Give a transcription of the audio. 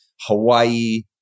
Hawaii